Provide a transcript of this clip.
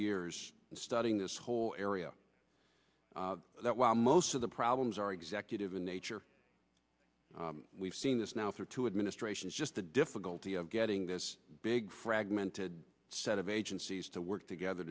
years studying this whole area that while most of the problems are executive in nature we've seen this now for two administrations just the difficulty of getting this big fragmented set of agencies to work together